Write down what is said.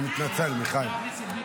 אני מתנצל, מיכאל.